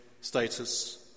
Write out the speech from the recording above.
status